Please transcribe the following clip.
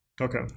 Okay